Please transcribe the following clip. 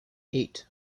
eight